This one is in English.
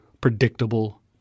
predictable